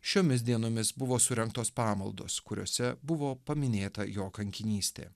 šiomis dienomis buvo surengtos pamaldos kuriose buvo paminėta jo kankinystė